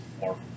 more